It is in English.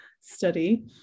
study